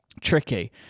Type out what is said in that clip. tricky